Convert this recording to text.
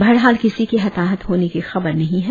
बहरहाल किसी के हताहत होने की खबर नही है